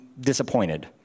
disappointed